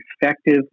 effective